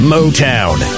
Motown